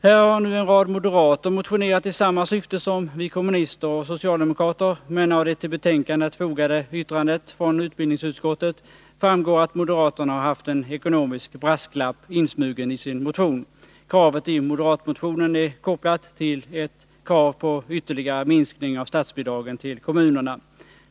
Här har nu en rad moderater motionerat i samma syfte som vi kommunister och socialdemokrater, men av det till betänkandet fogade yttrandet från utbildningsutskottet framgår att moderaterna haft en ekonomisk brasklapp insmugen i sin motion. Kravet i moderatmotionen är kopplat till krav på ytterligare minskning av statsbidragen till kommunerna.